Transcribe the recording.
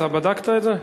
אתה בדקת את זה?